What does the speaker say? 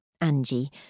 Angie